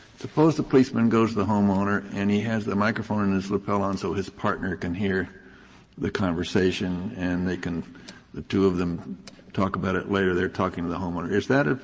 suppose the policeman goes to the homeowner and he has the microphone in his lapel on so his partner can hear the conversation, and they can the two of them talk about it later. they're talking to the homeowner. is that